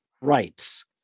rights